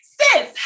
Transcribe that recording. sis